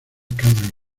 cambridge